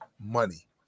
money